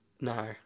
No